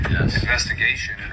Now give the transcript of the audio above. investigation